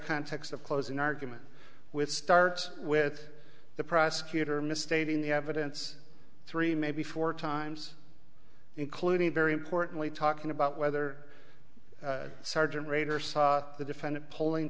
context of closing argument with start with the prosecutor misstating the evidence three maybe four times including very importantly talking about whether sergeant rader saw the defendant pulling